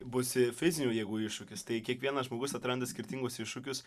būs fizinių jėgų iššūkis tai kiekvienas žmogus atranda skirtingus iššūkius